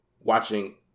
watching